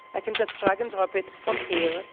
i can just drag and drop it from here,